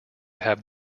have